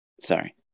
Sorry